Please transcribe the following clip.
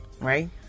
Right